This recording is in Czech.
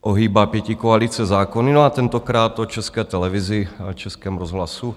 ohýbá pětikoalice zákony, a tentokrát o České televizi a Českém rozhlasu.